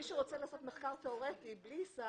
אם מישהו רוצה לעשות מחקר תיאורטי בלי סם,